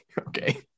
Okay